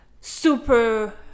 super